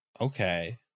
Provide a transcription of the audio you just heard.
Okay